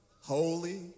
holy